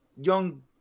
young